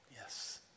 yes